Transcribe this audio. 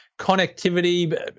connectivity